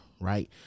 right